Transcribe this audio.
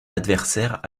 adversaire